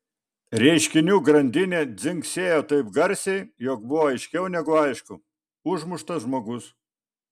reiškinių grandinė dzingsėjo taip garsiai jog buvo aiškiau negu aišku užmuštas žmogus